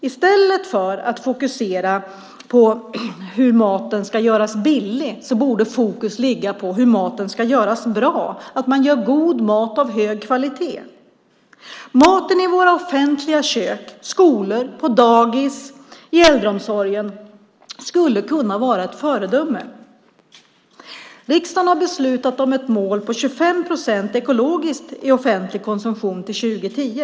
I stället för att fokusera på hur maten ska göras billig borde fokus ligga på hur maten ska göras bra, att man gör god mat av hög kvalitet. Maten i våra offentliga kök, i skolor, på dagis och inom äldreomsorgen skulle kunna vara ett föredöme. Riksdagen har beslutat om ett mål på 25 procent ekologiskt i offentlig konsumtion till 2010.